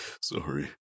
Sorry